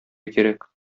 кирәк